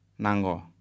Nango